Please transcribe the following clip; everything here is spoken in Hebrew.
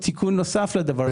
לא הוסבר בצורה ברורה,